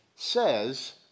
says